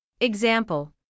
Example